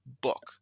book